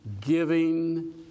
giving